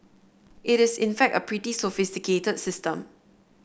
it is in fact a pretty sophisticated system